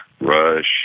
Rush